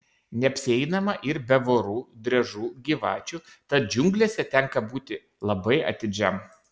neapsieinama ir be vorų driežų gyvačių tad džiunglėse tenka būti labai atidžiam